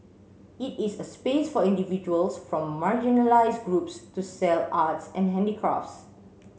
it is a space for individuals from marginalised groups to sell arts and handicrafts